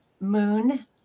moon